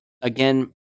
Again